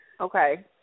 okay